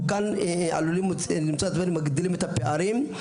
אנחנו עלולים למצוא את עצמנו מגדילים את הפערים,